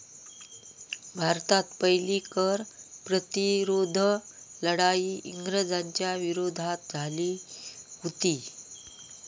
भारतात पहिली कर प्रतिरोध लढाई इंग्रजांच्या विरोधात झाली हुती